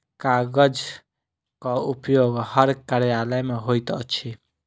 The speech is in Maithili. कागजक उपयोग हर कार्यालय मे होइत अछि